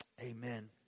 amen